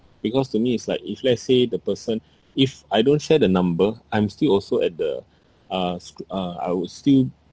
because to me it's like if let's say the person if I don't share the number I'm still also at the uh sc~ uh I would still